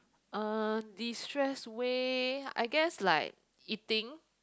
uh destress way I guess like eating